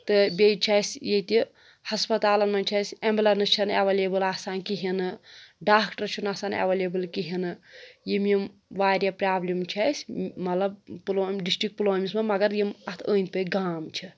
تہٕ بیٚیہِ چھِ اَسہِ ییٚتہِ ہسپَتالن منٛز چھِ أسۍ ایمبولینس چھےٚ نہٕ ایٚویلیبُل آسان کِہیٖنٛۍ نہٕ ڈاکٹر چھُنہٕ آسان ایٚویلیبُل کِہیٖنٛۍ نہٕ یِم یِم واریاہ پرٛابلِم چھِ اَسہِ مطلب پُلوام ڈِسٹٕرک پُلوامِس منٛز مگر یِم اَتھ أنٚدۍ پٔکۍ گام چھِ